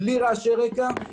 בלי רעשי רקע.